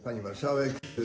Pani Marszałek!